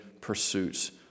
pursuits